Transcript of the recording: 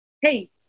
hey